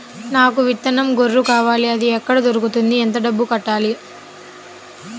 నాకు విత్తనం గొర్రు కావాలి? అది ఎక్కడ దొరుకుతుంది? ఎంత డబ్బులు కట్టాలి?